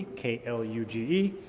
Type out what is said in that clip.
k l u g e,